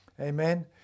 Amen